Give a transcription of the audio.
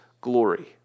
glory